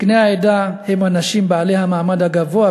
זקני העדה הם האנשים בעלי המעמד הגבוה